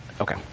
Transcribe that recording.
okay